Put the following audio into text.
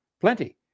Plenty